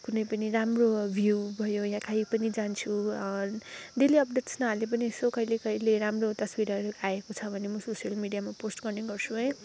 कुनै पनि राम्रो भ्यू भयो या कहीँ पनि जान्छु डेली अपडेट्स नहाले पनि यसो कहिले कहिले राम्रो तस्बिरहरू आएको छ भने म सोसियल मिडियामा पोस्ट गर्ने गर्छु है